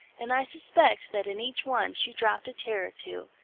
and i suspect that in each one she dropped a tear or two,